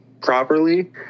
properly